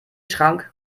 schrank